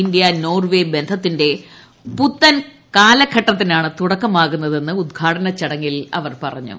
India Norway ബന്ധത്തിന്റെ പുത്തൻ കാലഘട്ടത്തിനാണ് തുടക്കമാകുന്നതെന്ന് ഉദ്ഘാടന ചടങ്ങിൽ അവർ പറഞ്ഞു